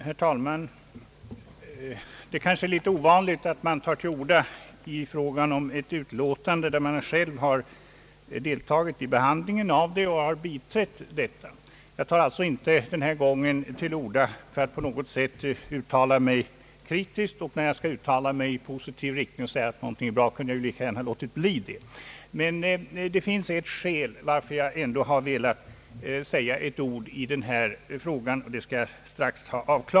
Herr talman! Det är kanske litet ovanligt att man tar till orda i fråga om ett utlåtande, när man själv har deltagit i behandlingen och biträtt utlåtandet. Jag tar alltså denna gång inte till orda för att på något sätt uttala mig kritiskt, och om jag skall uttala mig i positiv riktning och säga att någonting är bra, hade jag lika gärna kunnat låta bli att begära ordet. Men det finns ett skäl till att jag ändå har velat ta till orda i denna fråga, och det skall jag helt kort lägga fram.